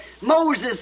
Moses